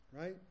Right